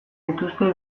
dituzte